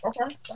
Okay